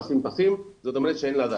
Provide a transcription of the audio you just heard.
פסים, זאת אומרת שאין לה דת.